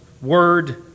word